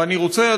ואני רוצה,